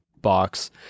box